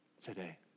today